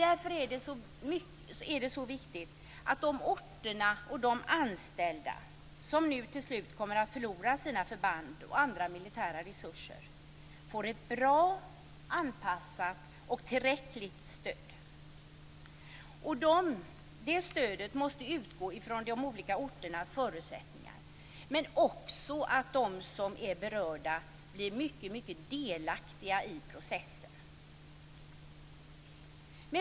Därför är det så viktigt att de orter och de anställda som nu till slut kommer att förlora sina förband och andra militära resurser får ett bra, anpassat och tillräckligt stöd. Det stödet måste utgå från de olika orternas förutsättningar. Men de berörda måste också bli delaktiga i processen.